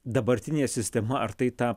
dabartinė sistema ar tai tą